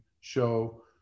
show